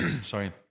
Sorry